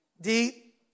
Deep